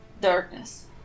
darkness